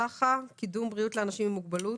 סאחה, קידום בריאות לאנשים עם מוגבלות.